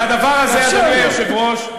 והדבר הזה, אדוני היושב-ראש,